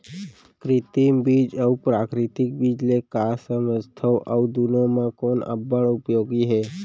कृत्रिम बीज अऊ प्राकृतिक बीज ले का समझथो अऊ दुनो म कोन अब्बड़ उपयोगी हे?